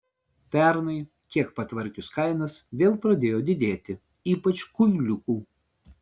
pernai kiek patvarkius kainas vėl pradėjo didėti ypač kuiliukų